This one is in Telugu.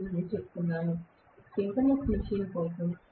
30000 అని చెప్తున్నాను సింక్రోనస్ మెషీన్ కోసం